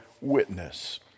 witness